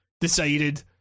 decided